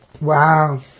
Wow